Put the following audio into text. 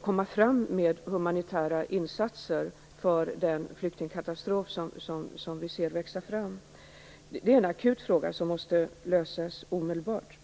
komma fram med humanitära insatser för den flyktingskatastrof som vi ser växa fram, som flera har sagt här. Det är en akut fråga som måste lösas omedelbart.